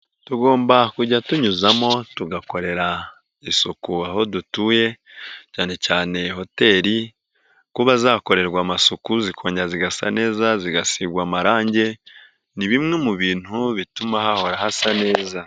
Tugomba kujya tunyuzamo tugakorera isuku aho dutuye, cyane cyane hoteli kuba zakorerwa amasuku zikongera zigasa neza, zigasigwa amarange ni bimwe mu bintu bituma hahora hasa neza.